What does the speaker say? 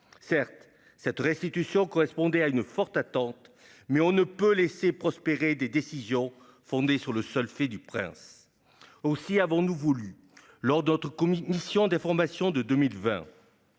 Certes, une telle restitution correspondait à une forte attente, mais on ne peut laisser prospérer des décisions fondées sur le seul « fait du prince ». Aussi avons-nous voulu, lors de notre mission d'information de 2020,